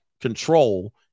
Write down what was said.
control